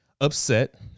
upset